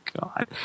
god